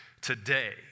today